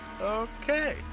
Okay